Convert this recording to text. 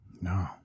No